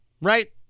right